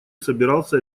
собирался